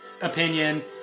opinion